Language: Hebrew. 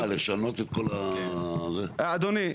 אדוני,